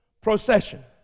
procession